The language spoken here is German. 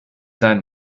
sein